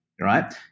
right